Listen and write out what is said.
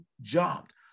jumped